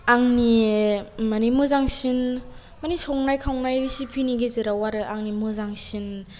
आंनि माने मोजांसिन माने संनाय खावनाय रेसिपिनि गेजेराव आरो आंनि मोजांसिन